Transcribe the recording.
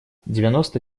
девяносто